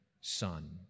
Son